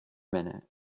minute